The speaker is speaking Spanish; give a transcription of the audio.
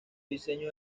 diseño